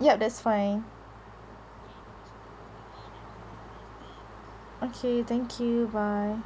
yup that's fine okay thank you bye